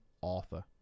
author